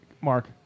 Mark